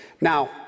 Now